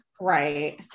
Right